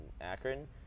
Akron